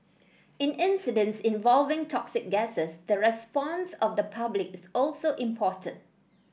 in incidents involving toxic gases the response of the public is also important